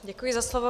Děkuji za slovo.